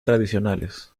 tradicionales